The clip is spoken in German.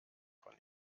von